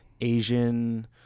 Asian